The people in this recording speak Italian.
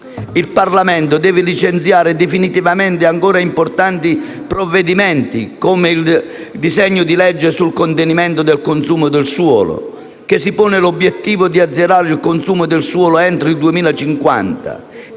Il Parlamento deve licenziare definitivamente ancora importanti provvedimenti come il disegno di legge sul contenimento del consumo del suolo, che si pone l'obiettivo di azzerare il consumo di suolo entro il 2050